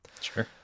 Sure